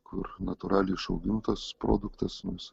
kur natūraliai išaugintas produktas mums